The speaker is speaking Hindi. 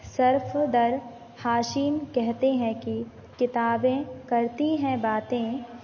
सफ़दर हाशमी कहते हैं कि किताबें करती हैं बातें